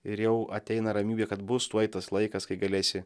ir jau ateina ramybė kad bus tuoj tas laikas kai galėsi